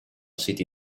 siti